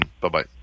Bye-bye